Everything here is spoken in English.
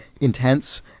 intense